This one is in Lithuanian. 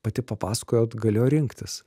pati papasakojot galėjo rinktis